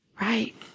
right